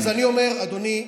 אני אומר, אדוני,